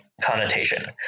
connotation